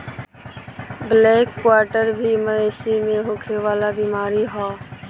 black quarter भी मवेशी में होखे वाला बीमारी ह